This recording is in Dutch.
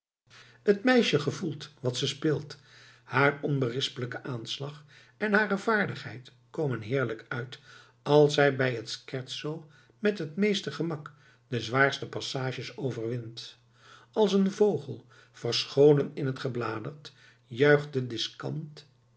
het meisje gevoelt wat ze speelt haar onberispelijke aanslag en hare vaardigheid komen heerlijk uit als zij bij het scherzo met het meeste gemak de zwaarste passages overwint als een vogel verscholen in het gebladert